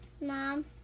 Mom